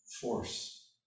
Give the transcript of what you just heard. force